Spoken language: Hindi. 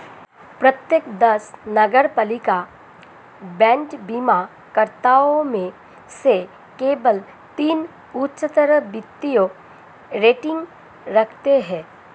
प्रत्येक दस नगरपालिका बांड बीमाकर्ताओं में से केवल तीन उच्चतर वित्तीय रेटिंग रखते हैं